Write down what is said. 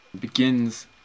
begins